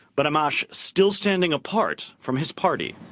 but amash still standing apart from his party.